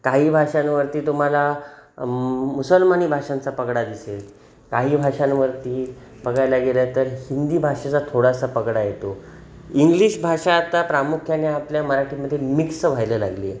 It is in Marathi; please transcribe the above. काही भाषांवरती तुम्हाला मुसलमानी भाषांचा पगडा दिसेल काही भाषांवरती बघायला गेलं तर हिंदी भाषेचा थोडासा पगडा येतो इंग्लिश भाषा आता प्रामुख्याने आपल्या मराठीमधे मिक्स व्हायला लागली आहे